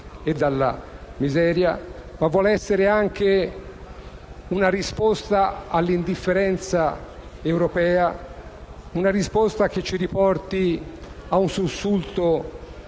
e dalla miseria, ma vuole anche essere una risposta all'indifferenza europea, una risposta che ci riporti ad un sussulto